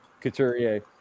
Couturier